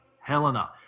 Helena